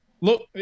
Look